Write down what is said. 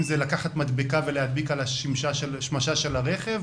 זה לקחת מדבקה ולהדביק על השמשה של הרכב.